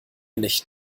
nicht